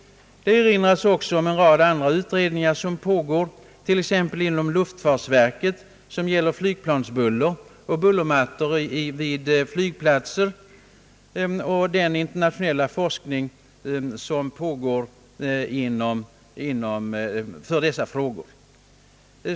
Det erinras också om en rad andra utredningar som pågår. Luftfartsverket undersöker t.ex. flygbuller och bullermattor vid flygplatser; där bedrivs också en internationell forskning.